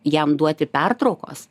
jam duoti pertraukos